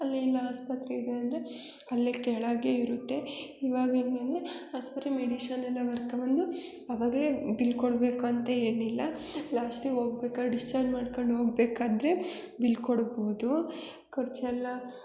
ಅಲ್ಲಿ ಇಲ್ಲಿ ಆಸ್ಪತ್ರೆ ಇದೆ ಅಂದರೆ ಅಲ್ಲೇ ಕೆಳಗೇ ಇರುತ್ತೆ ಇವಾಗ ಹೆಂಗಂದ್ರೆ ಆಸ್ಪತ್ರೆ ಮೆಡಿಶನ್ ಎಲ್ಲ ಬರ್ಕೊಬಂದು ಅವಾಗಲೇ ಬಿಲ್ ಕೊಡಬೇಕು ಅಂತ ಏನಿಲ್ಲ ಲಾಸ್ಟಿಗೆ ಹೋಗ್ಬೇಕಾರೆ ಡಿಸ್ಚಾರ್ಜ್ ಮಾಡ್ಕಂಡು ಹೋಗಬೇಕಾದ್ರೆ ಬಿಲ್ ಕೊಡ್ಬೋದು ಖರ್ಚೆಲ್ಲ